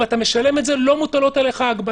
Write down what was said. אם אתה משלם את זה, לא מוטלות עליך הגבלות.